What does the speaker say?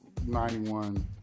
91